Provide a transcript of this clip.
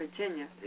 Virginia